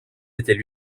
était